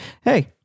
hey